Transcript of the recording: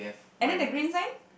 and then the green sign